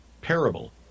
parable